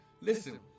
listen